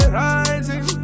rising